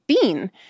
Bean